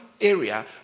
area